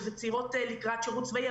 צעירות לקראת שירות צבאי,